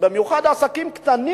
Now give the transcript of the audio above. במיוחד עסקים קטנים,